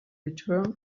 return